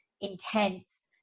intense